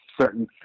certain